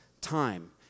time